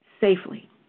safely